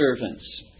servants